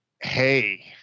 hey